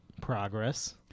Progress